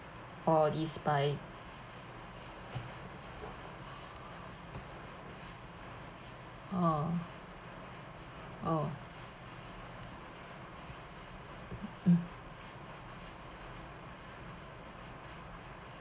oh is by oh oh